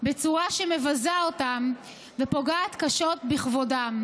בצורה שמבזה אותם ופוגעת קשות בכבודם,